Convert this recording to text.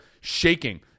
shaking